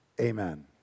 amen